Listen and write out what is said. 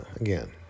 Again